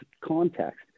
context